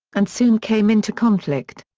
and soon came into conflict.